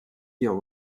дел